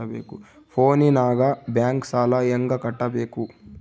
ಫೋನಿನಾಗ ಬ್ಯಾಂಕ್ ಸಾಲ ಹೆಂಗ ಕಟ್ಟಬೇಕು?